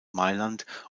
mailand